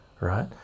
right